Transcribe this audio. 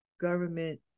government